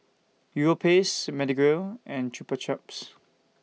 Europace Pedigree and Chupa Chups